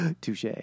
Touche